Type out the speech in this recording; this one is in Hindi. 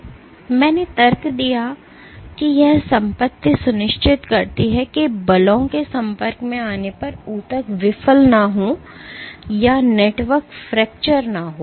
और मैंने तर्क दिया कि यह संपत्ति सुनिश्चित करती है कि बलों के संपर्क में आने पर ऊतक विफल न हों या नेटवर्क फ्रैक्चर न हो